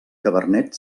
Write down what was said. cabernet